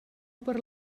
per